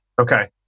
Okay